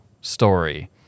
story